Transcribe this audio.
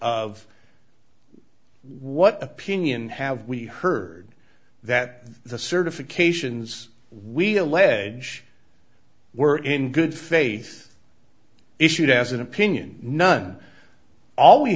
of what opinion have we heard that the certifications we allege were in good faith issued as an opinion none all we